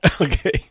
Okay